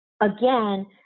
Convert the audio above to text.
again